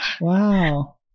wow